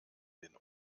den